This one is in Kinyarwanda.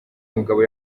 mugabo